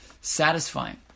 satisfying